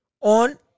on